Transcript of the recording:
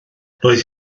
roedd